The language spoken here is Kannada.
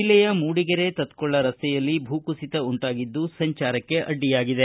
ಜಿಲ್ಲೆಯ ಮೂಡಿಗೆರೆ ತತ್ಕೊಳ್ಳ ರಸ್ತೆಯಲ್ಲಿ ಭೂಕುಸಿತ ಉಂಟಾಗಿದ್ದು ಸಂಚಾರಕ್ಕೆ ಅಡ್ಡಿಯಾಗಿದೆ